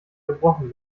gebrochen